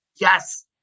Yes